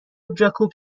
جاکوب